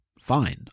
fine